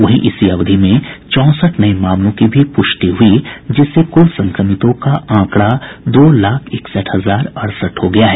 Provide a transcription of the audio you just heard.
वहीं इसी अवधि में चौंसठ नये मामलों की भी पुष्टि हुई जिससे कुल संक्रमितों का आंकड़ा दो लाख इकसठ हजार अड़सठ हो गया है